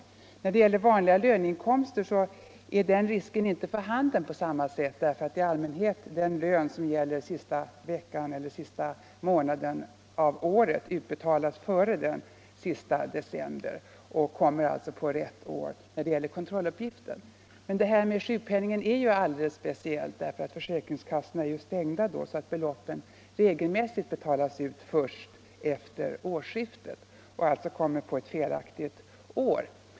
Om kontrolluppgif För vanliga löneinkomster är risk för dubbelbeskattning inte för handen = terna från försäkpå samma sätt därför att den lön som avser sista månaden av året i = ringskassorna allmänhet utbetalas före den 31 december och alltså kommer på kontrolluppgiften för rätt år. Med sjukpenningen är det emellertid något alldeles speciellt därför att försäkringskassorna är stängda under nyårshelgen så att beloppen regelmässigt betalas ut efter årsskiftet och alltså tas upp på ”fel” år.